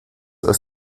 aus